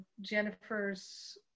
Jennifer's